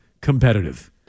competitive